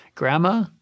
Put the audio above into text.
Grandma